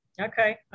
Okay